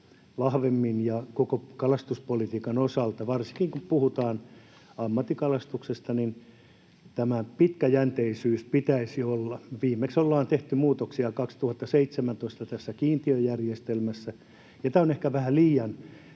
vahvemmin koko kalastuspolitiikan osalta, varsinkin kun puhutaan ammattikalastuksesta, pitkäjänteisyyttä. Viimeksi ollaan tehty muutoksia 2017 tässä kiintiöjärjestelmässä, ja tämä on ehkä vähän liian